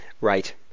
Right